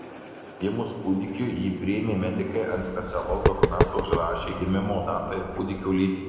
gimus kūdikiui jį priėmę medikai ant specialaus dokumento užrašė gimimo datą ir kūdikio lytį